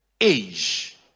age